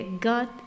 God